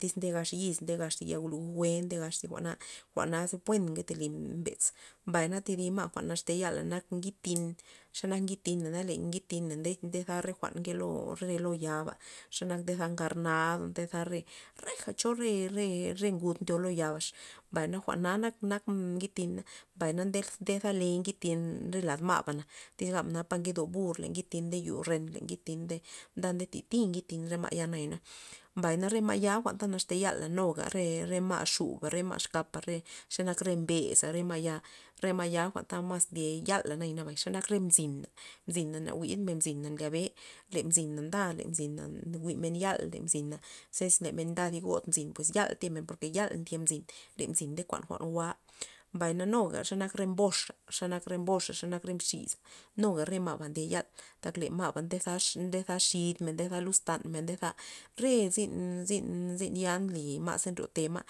tyz nde gax thi yiz nde gax ya guj jwe' nde gax thi jwa'na, jwa'na ze buen nkete li mbe's, mbay na thi dib ma' naxte yala nak ngid tin xa nak ngid tina le ngid tin nde- ndeza re jwa'n nke lo re lo yaba xe nak re granada ndeza re reja cho re- re reja cho ngun ndyo lo yabax, mbay na jwa'na nak- nak ngid tin mbay na ndezale ngid tin re lad ma'ba tyz gabna po nke do burr le ngid tin nde yu ren le ngid tin nda tati ngid tin re ma'yana, mbay na re ma'yana jwa'nta ta naxte yala nuga re re ma' xu'ba re ma' exkapa re xebak re mbes'a re ma' re ma' ya jwa'n ta mas ndye yala nabay xa nak re mzina, mzina na jwid' men mzin ndyabe, le mzina nda na nde jwi'men yal le mzina zes men nda thi god mzin pues yal thiemen porke yal ndye mzin le mzin nde kuan jwa'n jwa' mbay na nuga xe nak re mboxa ze nak re mboxa xe nak re mxiza nuga re ma'ba ndye yal tak le ma'ba ndezax ndeza xid men ndeza luz tan men ndeza re zyn- zyn zyn ya nly ma' ze nryote ma'.